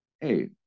Hey